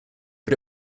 but